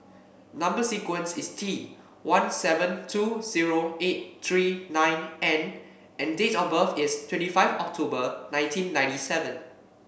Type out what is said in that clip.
number sequence is T one seven two zero eight three nine N and date of birth is twenty five October nineteen ninety seven